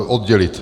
Oddělit.